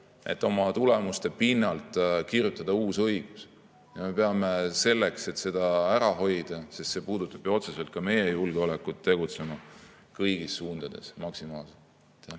ta oma tulemuste pinnalt kirjutada uue õiguse. Me peame selleks, et seda ära hoida – sest see puudutab otseselt ju ka meie julgeolekut –, tegutsema kõigis suundades maksimaalselt.